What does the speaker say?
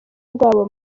rwabo